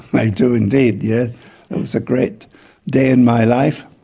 i do indeed, yeah that was a great day in my life.